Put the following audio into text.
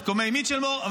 את הסכמי מיצ'למור-קומיי,